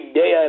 day